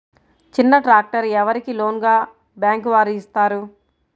చిన్న ట్రాక్టర్ ఎవరికి లోన్గా బ్యాంక్ వారు ఇస్తారు?